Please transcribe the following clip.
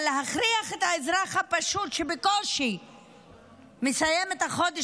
אבל להכריח את האזרח הפשוט שבקושי מסיים את החודש,